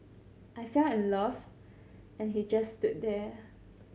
I fell in love and he just stood there